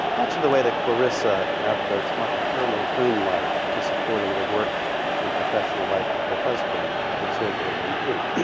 much in the way that clarissa now devotes much of her own life to supporting the work and professional life of her husband, a conservative mp.